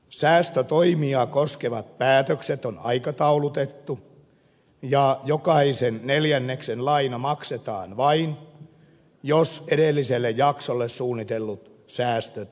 säästötoimia koskevat päätökset on aikataulutettu ja jokaisen neljänneksen laina maksetaan vain jos edelliselle jaksolle suunnitellut säästöt on tehty